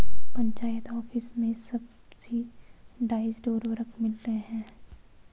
panchayat office में subsidised उर्वरक मिल रहे हैं